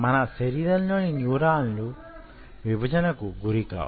మన శరీరంలోని న్యూరాన్ల విభజనకు గురికావు